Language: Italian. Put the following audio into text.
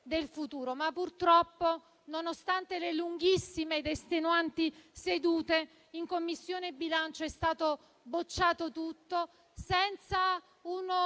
Purtroppo, nonostante le lunghissime ed estenuanti sedute, in Commissione bilancio è stato bocciato tutto, senza un